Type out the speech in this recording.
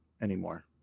anymore